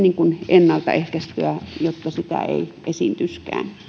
ennaltaehkäistyä jotta sitä ei esiintyisikään